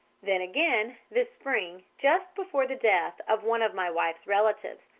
then again, this spring, just before the death of one of my wife's relatives,